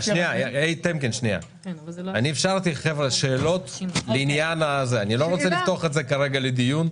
אני אפשרתי שאלות אבל אני לא רוצה לפתוח את זה כרגע לדיון.